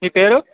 మీ పేరు